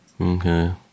Okay